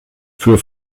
für